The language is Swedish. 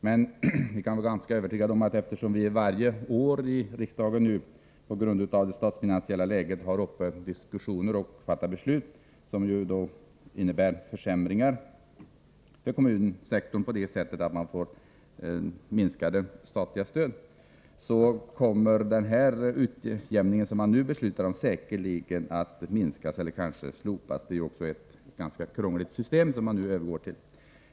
Men eftersom vi varje år i riksdagen numera, på grund av det statsfinansiella läget, har diskussioner och fattar beslut som innebär försämringar för kommunerna på det sättet att de får minskade statliga stöd, kan vi vara ganska övertygade om att den nu beslutade utjämningen säkerligen kommer att minskas eller kanske helt slopas. Dessutom är det ett ganska krångligt system som vi nu övergår till.